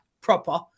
proper